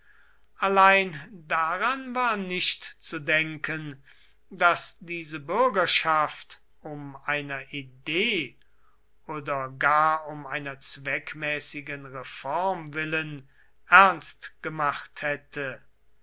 allein daran war nicht zu denken daß diese bürgerschaft um einer idee oder gar um einer zweckmäßigen reform willen ernst gemacht hätte